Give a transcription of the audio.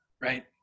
right